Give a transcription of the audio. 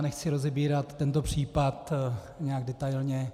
Nechci rozebírat tento případ nějak detailně.